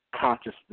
consciousness